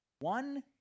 one